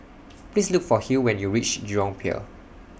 Please Look For Hill when YOU REACH Jurong Pier